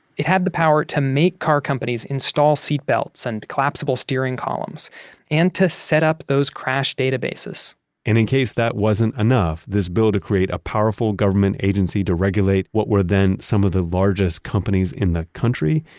it had the power to make car companies install seatbelts and collapsible steering columns and to set up those crash databases and in case that wasn't enough, this bill to create a powerful government agency to regulate what were then some of the largest companies in the country,